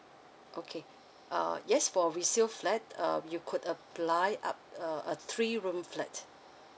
okay uh yes for resale flat um you could apply up uh three room flat